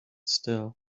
still